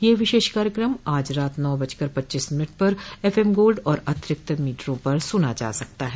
यह विशेष कार्यक्रम आज रात नौ बजकर पच्चीस मिनट पर एफएम गोल्ड और अतिरिक्त मीटरों पर सुना जा सकता है